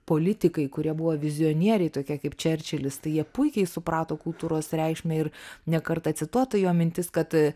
politikai kurie buvo vizionieriškai tokie kaip čerčilis tai jie puikiai suprato kultūros reikšmę ir ne kartą cituota jo mintis kad